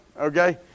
okay